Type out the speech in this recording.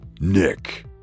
Nick